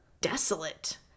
desolate